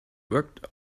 work